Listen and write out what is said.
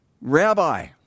Rabbi